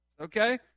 Okay